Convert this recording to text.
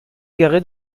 garée